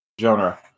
genre